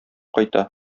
кайта